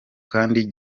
kandi